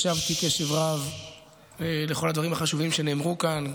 הקשבתי קשב רב לכל הדברים החשובים שנאמרו כאן,